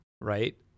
right